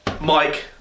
Mike